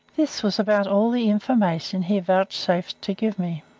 this was about all the information he vouchsafed to give me.